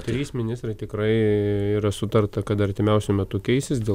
trys ministrai tikrai yra sutarta kad artimiausiu metu keisis dėl